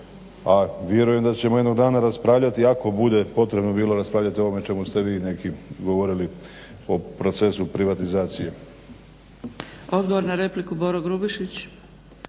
a vjerujem da ćemo jednog dana raspravljati ako bude potrebno bilo raspravljati o ovome čemu ste vi neki govorili o procesu privatizacije.